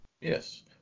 yes